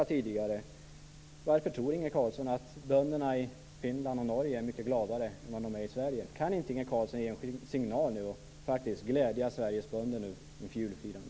Vad tror Inge Carlsson är orsaken till att bönderna i Finland och i Norge är mycket gladare än vad bönderna är i Sverige? Kan inte Inge Carlsson nu ge en signal för att glädja Sveriges bönder inför julfirandet?